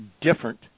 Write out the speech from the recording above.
different